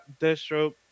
Deathstroke